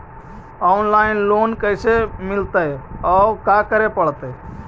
Online loan कैसे मिलतै औ का करे पड़तै?